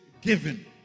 given